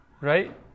right